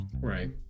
Right